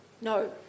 No